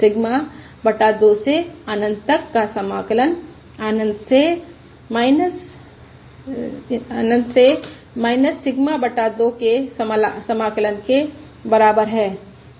sigma बटा 2 से अनंत तक का समाकलन अनंत से 2 से सिग्मा बटा 2 के समाकलन के बराबर है